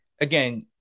again